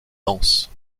dense